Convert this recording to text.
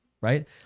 right